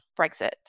Brexit